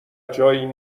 جایی